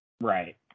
Right